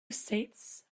saints